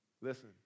Listen